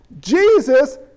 Jesus